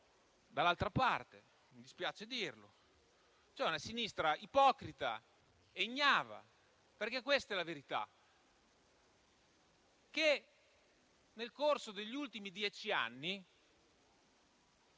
dall'altra parte, mi dispiace dirlo, c'è una sinistra ipocrita e ignava, perché questa è la verità, che nel corso degli ultimi dieci anni